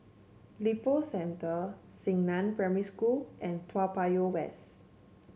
Lippo Center Xingnan Primary School and Toa Payoh West